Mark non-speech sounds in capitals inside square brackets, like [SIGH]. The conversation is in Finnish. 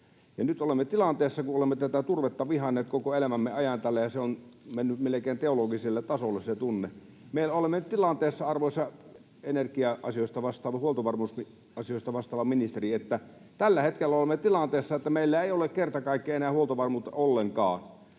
Nyt olemme tilanteessa, kun olemme tätä turvetta vihanneet koko elämämme ajan täällä ja se tunne on mennyt melkein teologiselle tasolle. [LAUGHS] Arvoisa energia-asioista vastaava, huoltovarmuusasioista vastaava ministeri, tällä hetkellä olemme tilanteessa, että meillä ei ole kerta kaikkiaan enää huoltovarmuutta ollenkaan.